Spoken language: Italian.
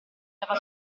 dava